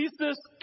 Jesus